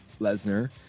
Lesnar